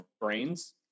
brains